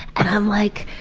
and i'm like,